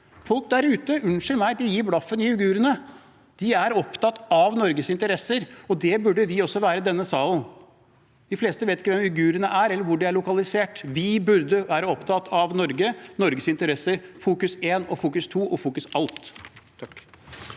Folk der ute gir – unnskyld meg – blaffen i uigurene. De er opptatt av Norges interesser, og det burde vi også være i denne salen. De fleste vet ikke hvem uigurene er, eller hvor de er lokalisert. Vi burde være opptatt av Norge og Norges interesser – fokus én, fokus to og fokus alt.